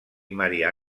maria